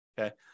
Okay